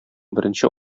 беренче